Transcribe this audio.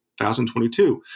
2022